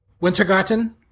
Wintergarten